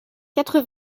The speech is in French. quatre